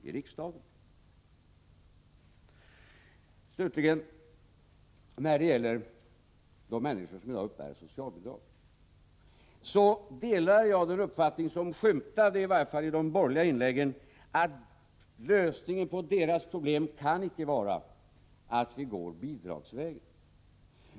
När det slutligen gäller de människor som i dag uppbär socialbidrag delar jag den uppfattning som i varje fall skymtade i de borgerliga inläggen, nämligen att lösningen på dessa människors problem inte kan vara att vi går bidragsvägen.